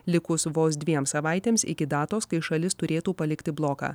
likus vos dviem savaitėms iki datos kai šalis turėtų palikti bloką